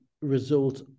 result